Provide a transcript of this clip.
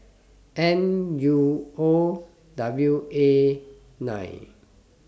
N U O W A nine